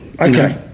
Okay